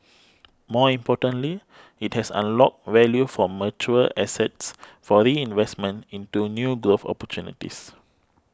more importantly it has unlocked value from mature assets for reinvestment into new growth opportunities